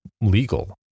legal